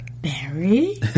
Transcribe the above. Barry